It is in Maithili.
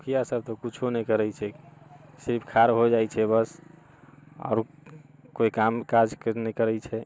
मुखिया सब तऽ कुछो नहि करै छै सिर्फ ठाढ़ हो जाइ छै बस आओर कोइ काम काज नहि करै छै